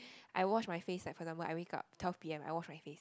I wash my face like for example when I wake up twelve P_M I wash my face